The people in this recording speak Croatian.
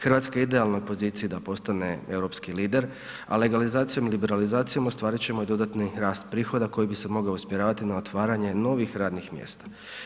Hrvatska je u idealnoj poziciji da postane europski lider, a legalizacijom i liberalizacijom ostvarit ćemo i dodatni rast prihoda koji bi se mogao usmjeravati na otvaranje novih radnih mjesta.